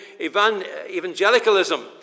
evangelicalism